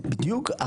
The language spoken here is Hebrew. בדיוק.